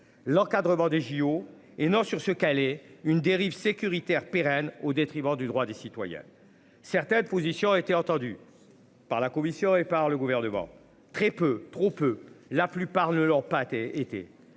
L'encadrement des JO et non sur ce qu'une dérive sécuritaire pérenne au détriment du droit des citoyens. Certaines positions, a été entendu par la commission et par le gouvernement. Très peu, trop peu. La plupart ne leur pas et